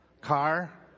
Car